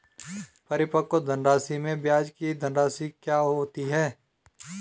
परिपक्व धनराशि में ब्याज की धनराशि क्या होती है?